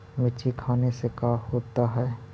मिर्ची खाने से का होता है?